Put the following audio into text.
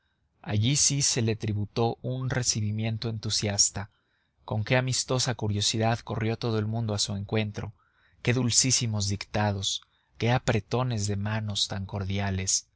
allí sí que se le tributó un recibimiento entusiasta con qué amistosa curiosidad corrió todo el mundo a su encuentro qué dulcísimos dictados qué apretones de manos tan cordiales